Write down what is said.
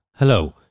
Hello